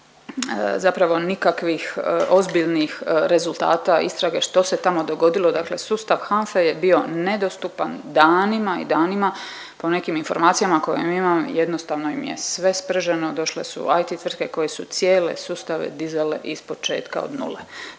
nemamo zapravo nikakvih ozbiljnih rezultata istrage što se tamo dogodilo. Dakle, sustav HANFE je bio nedostupan danima i danima, po nekim informacijama koje mi imamo jednostavno im je sve sprženo došle su IT tvrtke koje su cijele sustave dizale ispočetka od nova.